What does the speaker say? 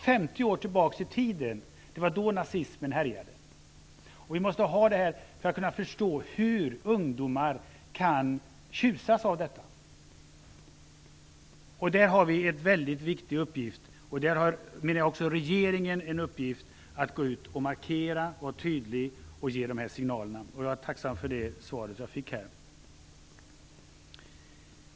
50 år tillbaka i tiden, det var då nazismen härjade. Vi måste tänka på detta för att förstå att ungdomar kan tjusas av detta. I detta sammanhang har vi en mycket viktig uppgift. Jag menar att också regeringen har en uppgift att gå ut och markera, vara tydlig och ge dessa signaler. Och jag är tacksam för det svar som jag fick.